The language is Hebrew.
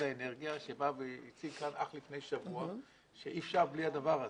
האנרגיה שבא והציג כאן אך לפני שבוע שאי אפשר בלי הדבר הזה.